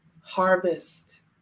Harvest